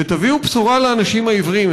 ותביאו בשורה לאנשים העיוורים.